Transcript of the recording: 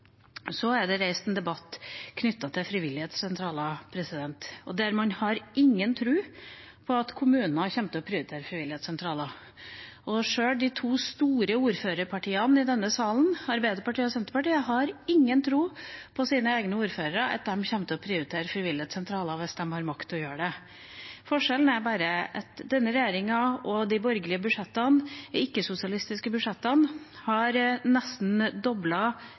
Så er det reist en debatt knyttet til frivillighetssentraler, der man ikke har tro på at kommuner kommer til å prioritere frivillighetssentraler. Sjøl ikke de to store ordførerpartiene i denne salen, Arbeiderpartiet og Senterpartiet, har noen tro på at deres egne ordfører kommer til å prioritere frivillighetssentraler hvis de får makt til å gjøre det. Forskjellen er bare at denne regjeringa og de borgerlige, ikke-sosialistiske, budsjettene har nesten doblet tilskuddet til frivillighetssentraler, noe som har